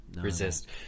Resist